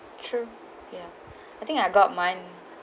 true ya I think I got mine